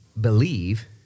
believe